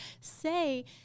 say